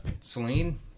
celine